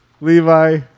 Levi